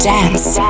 Dance